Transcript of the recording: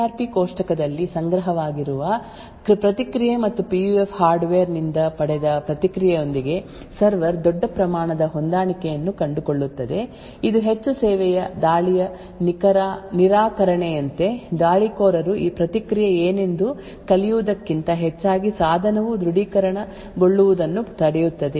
ಆದ್ದರಿಂದ ಪಿಯುಎಫ್ ಪ್ರತಿಕ್ರಿಯೆಯನ್ನು ನಿರ್ದಿಷ್ಟ ಪದವಿಯನ್ನು ಮೀರಿ ಬದಲಾಯಿಸಿದರೆ ದೃಢೀಕರಣವು ವಿಫಲಗೊಳ್ಳುತ್ತದೆ ಏಕೆಂದರೆ ಸಿ ಆರ್ ಪಿ ಕೋಷ್ಟಕದಲ್ಲಿ ಸಂಗ್ರಹವಾಗಿರುವ ಪ್ರತಿಕ್ರಿಯೆ ಮತ್ತು ಪಿಯುಎಫ್ ಹಾರ್ಡ್ವೇರ್ನಿಂದ ಪಡೆದ ಪ್ರತಿಕ್ರಿಯೆಯೊಂದಿಗೆ ಸರ್ವರ್ ದೊಡ್ಡ ಪ್ರಮಾಣದ ಹೊಂದಾಣಿಕೆಯನ್ನು ಕಂಡುಕೊಳ್ಳುತ್ತದೆ ಇದು ಹೆಚ್ಚು ಸೇವೆಯ ದಾಳಿಯ ನಿರಾಕರಣೆಯಂತೆ ದಾಳಿಕೋರರು ಪ್ರತಿಕ್ರಿಯೆ ಏನೆಂದು ಕಲಿಯುವುದಕ್ಕಿಂತ ಹೆಚ್ಚಾಗಿ ಸಾಧನವು ದೃಢೀಕರಣಗೊಳ್ಳುವುದನ್ನು ತಡೆಯುತ್ತದೆ